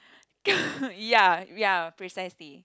ya ya precisely